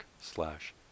slash